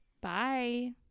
bye